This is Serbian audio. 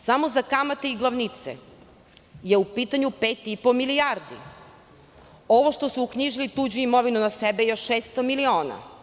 Samo za kamate glavnice, tu je u pitanju pet i po milijardi, ovo što su uknjižili tuđu imovinu na sebe, još 600 miliona.